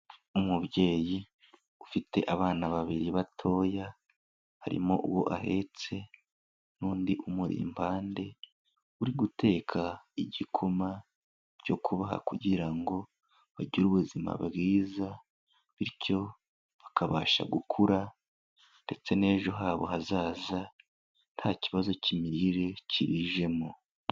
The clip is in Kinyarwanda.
Umubyeyi ufite abana babiri batoya, harimo uwo ahetse n'undi umuri impande, uri guteka igikoma cyo kubaha kugira ngo bagire ubuzima bwiza, bityo bakabasha gukura n'ejo habo hazaza, nta kibazo cy'imirire kibijemo.